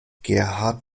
gerhard